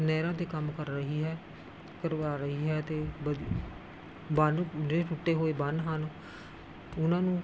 ਨਹਿਰਾਂ 'ਤੇ ਕੰਮ ਕਰ ਰਹੀ ਹੈ ਕਰਵਾ ਰਹੀ ਹੈ ਅਤੇ ਵਧੀ ਬੰਨ੍ਹ ਜਿਹੜੇ ਟੁੱਟੇ ਹੋਏ ਬੰਨ੍ਹ ਹਨ ਉਹਨਾਂ ਨੂੰ